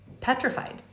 petrified